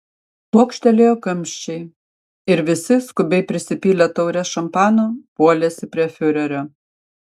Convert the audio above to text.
pokštelėjo kamščiai ir visi skubiai prisipylę taures šampano puolėsi prie fiurerio